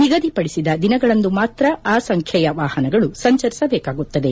ನಿಗದಿಪಡಿಸಿದ ದಿನಗಳಂದು ಮಾತ್ರ ಆ ಸಂಖ್ಲೆಯ ವಾಹನಗಳು ಸಂಚರಿಸಬೇಕಾಗುತ್ತದೆ